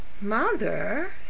Mother